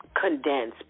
condense